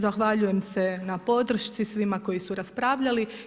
Zahvaljujem se na podršci svima koji su raspravljali.